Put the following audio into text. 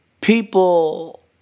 people